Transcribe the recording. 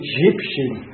Egyptian